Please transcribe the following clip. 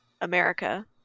America